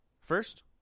First